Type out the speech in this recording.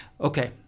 okay